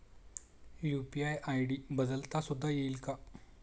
UPI ID बदलता सुद्धा येईल का?